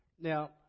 Now